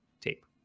tape